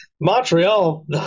Montreal